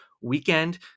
Weekend